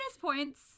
points